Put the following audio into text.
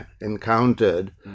encountered